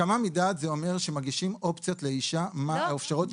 הסכמה מדעת זה אומר שמגישים אופציות לאישה מה האפשרויות.